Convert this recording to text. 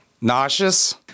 Nauseous